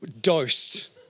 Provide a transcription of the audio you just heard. dosed